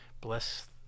bless